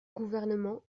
gouvernement